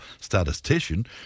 statistician